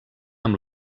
amb